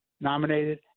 nominated